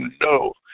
no